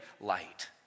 light